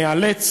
ניאלץ